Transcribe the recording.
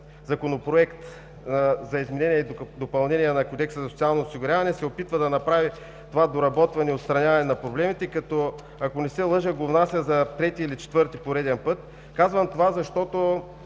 Законопроект за изменение и допълнение на Кодекса за социално осигурява се опитва да направи това доработване и отстраняване на проблемите – ако не се лъжа, го внася за трети или четвърти пореден път. Казвам това, защото